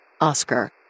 Oscar